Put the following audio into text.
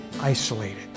isolated